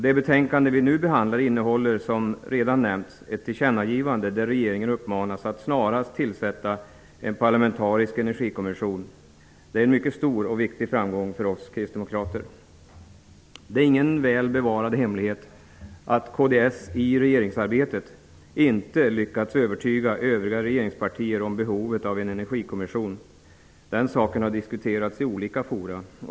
Det betänkande vi nu behandlar innehåller, som redan nämnts, förslag om ett tillkännagivande, där regeringen uppmanas att snarast tillsätta en parlamentarisk energikommission. Det är en mycket stor och viktig framgång för oss kristdemokrater. Det är ingen väl bevarad hemlighet att kds i regeringsarbetet inte lyckats övertyga övriga regeringspartier om behovet av en energikommission. Den saken har diskuterats i olika fora.